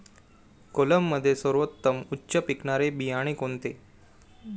कोलममध्ये सर्वोत्तम उच्च पिकणारे बियाणे कोणते?